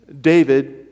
David